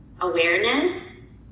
awareness